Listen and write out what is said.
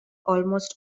almost